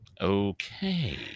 Okay